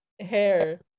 hair